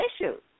issues